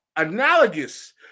analogous